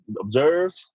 observe